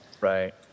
Right